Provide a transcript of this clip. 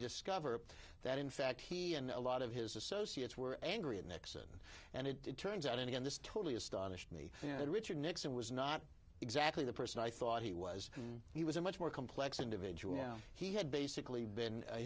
discover that in fact he and a lot of his associates were angry at nixon and it turns out any of this totally astonished me that richard nixon was not exactly the person i thought he was he was a much more complex individual now he had basically been